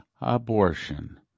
abortion